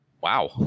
wow